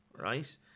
right